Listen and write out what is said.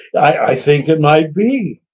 i think it might be.